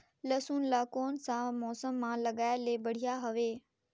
लसुन ला कोन सा मौसम मां लगाय ले बढ़िया हवे?